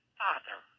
father